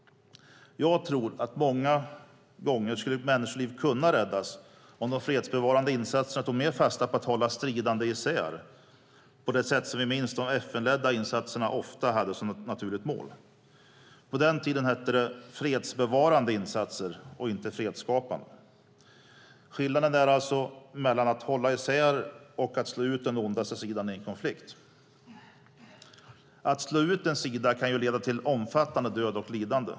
Jag tror att många gånger skulle människoliv kunna räddas om de fredsbevarande insatserna tog mer fasta på att hålla de stridande isär på det sätt som vi minns att de FN-ledda insatserna ofta hade som ett naturligt mål. På den tiden hette det fredsbevarande insatser och inte fredsskapande insatser. Skillnaden är alltså mellan att hålla isär och att slå ut den ondaste sidan i en konflikt. Att slå ut en sida kan ju leda till omfattande död och lidande.